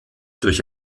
durch